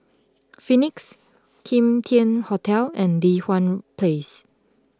Phoenix Kim Tian Hotel and Li Hwan Place